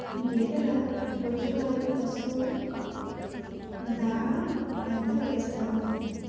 గేదెల రోజువారి పశువు దాణాఎంత వేస్తారు?